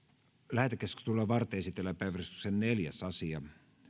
lähetekeskustelua varten esitellään päiväjärjestyksen neljäs asia